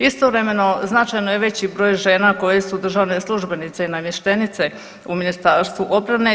Istovremeno značajno je veći broj žena koje su državne službenice i namještenice u Ministarstvu obrane.